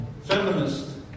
feminist